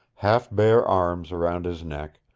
half bare arms around his neck,